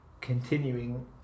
continuing